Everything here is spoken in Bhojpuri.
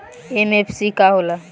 एम.एफ.सी का हो़ला?